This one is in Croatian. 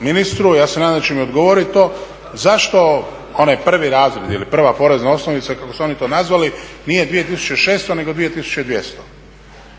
ministru, ja se nadam da će mi odgovoriti na to, zašto onaj prvi razred ili prva porezna osnovica kako su oni to nazvali nije 2600 nego 2200?